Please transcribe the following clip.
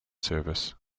service